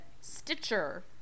Stitcher